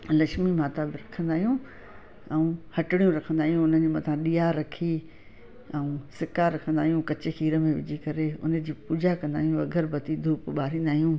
लक्ष्मी माता बि रखंदा आहियूं ऐं हटड़ियूं रखंदा आहिंयूं उनजे मथा ॾिया रखी ऐं सिका रखंदा आहियूं कचे खीर में विझी करे उनजी पूजा कंदा आहियूं अगरबती धूप बारींदा आहियूं